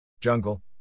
Jungle